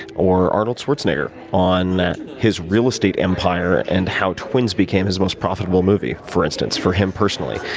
or arnold schwarzenegger on his real estate empire and how twins became his most profitable movie, for instance, for him personally.